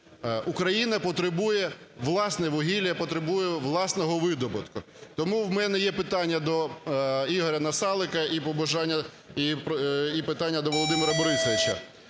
Україна потребує власне вугілля, потребує власного видобутку. Тому в мене є питання до Ігоря Насалика і побажання, і питання до Володимира Борисовича.